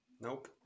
Nope